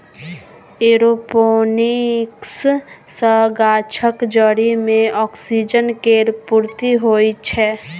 aeroponics सँ गाछक जरि मे ऑक्सीजन केर पूर्ती होइ छै